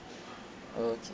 okay